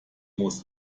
muss